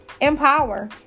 empower